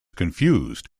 confused